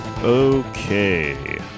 Okay